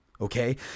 Okay